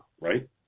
right